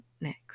next